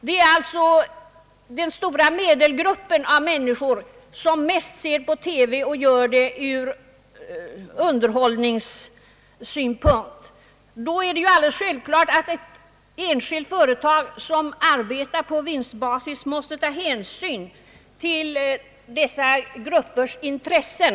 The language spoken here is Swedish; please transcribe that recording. Det är alltså den stora medelgruppen av människor, som mest ser på TV och då gör det från underhållningssynpunkt. Ett enskilt företag, som arbetar på vinstbasis, måste då alldeles själv klart ta hänsyn till dessa gruppers intressen.